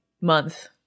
month